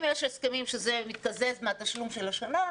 אם יש הסכמים וזה מתקזז מתשלום השנה,